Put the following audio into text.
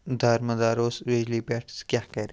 دارومدار اوس بِجلی پٮ۪ٹھ سُہ کیٛاہ کَرِ